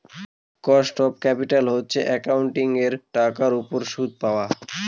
cost of capital হচ্ছে একাউন্টিঙের টাকার উপর সুদ পাওয়া